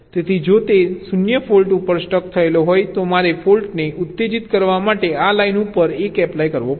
તેથી જો તે 0 ફોલ્ટ ઉપર સ્ટક થયેલો હોય તો મારે ફોલ્ટને ઉત્તેજિત કરવા માટે આ લાઇન ઉપર 1 એપ્લાય કરવો પડશે